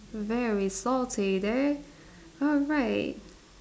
very salty there alright